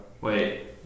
Wait